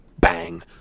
bang